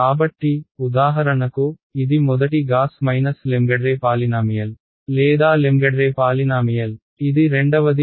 కాబట్టి ఉదాహరణకు ఇది మొదటి గాస్ లెంగెడ్రే పాలినామియల్ లేదా లెంగెడ్రే పాలినామియల్ ఇది రెండవది మరియు ఇది p22